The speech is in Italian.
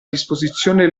disposizione